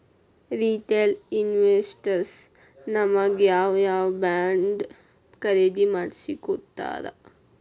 Retail investors ನಮಗ್ ಯಾವ್ ಯಾವಬಾಂಡ್ ಖರೇದಿ ಮಾಡ್ಸಿಕೊಡ್ತಾರ?